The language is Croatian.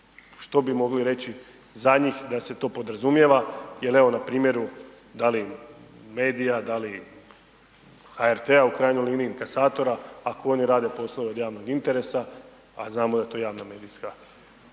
Što bi mogli reći za njih da se to podrazumijeva jer evo, na primjeru da li medija, da li HRT-a u krajnjoj liniji, inkasatora, ako oni rade posao od javnog interesa, a znamo da je to javna medijska